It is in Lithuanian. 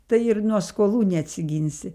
tai ir nuo skolų neatsiginsi